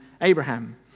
Abraham